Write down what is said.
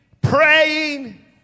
praying